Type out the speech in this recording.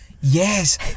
yes